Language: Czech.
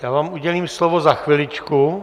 Já vám udělím slovo za chviličku.